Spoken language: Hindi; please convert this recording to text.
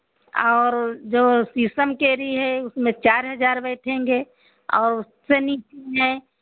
और ओ जो शीशम केरी है उसमें चार हज़ार बैठेंगे और उससे नीचे है